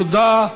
תודה.